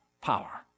power